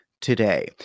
today